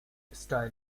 style